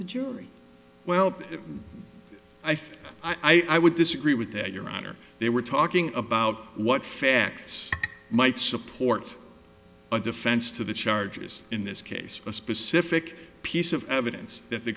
the jury well i think i would disagree with that your honor they were talking about what facts might support a defense to the charges in this case a specific piece of evidence that the